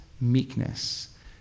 meekness